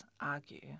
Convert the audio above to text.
argue